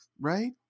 right